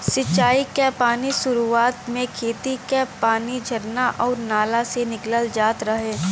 सिंचाई क पानी सुरुवात में खेती क पानी झरना आउर नाला से निकालल जात रहे